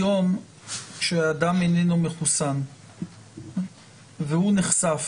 היום כשאדם איננו מחוסן והוא נחשף,